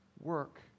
work